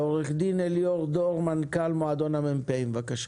עו"ד אליאור דור מנכ"ל מועדון המ"פים בבקשה.